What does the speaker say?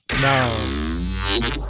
No